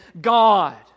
God